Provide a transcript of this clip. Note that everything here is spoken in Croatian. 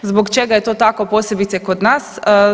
Zbog čega je to tako posebice kod nas?